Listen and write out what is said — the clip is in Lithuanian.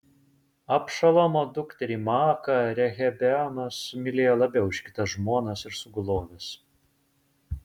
abšalomo dukterį maaką rehabeamas mylėjo labiau už kitas žmonas ir suguloves